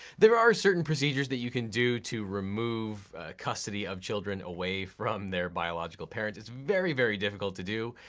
there are certain procedures that you can do to remove custody of children away from their biological parent. it's very, very difficult to do.